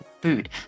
food